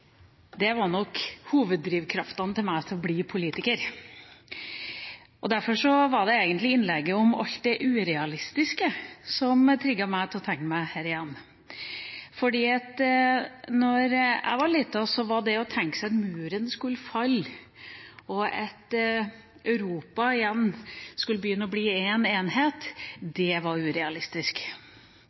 Det var nok hoveddrivkreftene for meg til å bli politiker. Derfor var det egentlig innlegget om alt det urealistiske som trigget meg til å tegne meg her. Da jeg var liten, var det å tenke seg at Muren skulle falle, og at Europa igjen skulle begynne å bli en enhet, urealistisk. Det